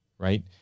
Right